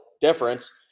difference